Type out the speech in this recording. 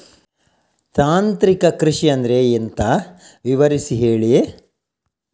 ತಾಂತ್ರಿಕ ಕೃಷಿ ಅಂದ್ರೆ ಎಂತ ವಿವರಿಸಿ ಹೇಳಿ